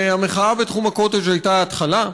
המחאה בתחום הקוטג' הייתה התחלה,